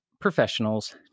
professionals